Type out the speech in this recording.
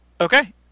Okay